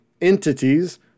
entities